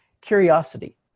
curiosity